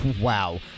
wow